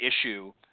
issue